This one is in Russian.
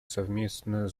совместно